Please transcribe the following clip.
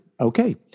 Okay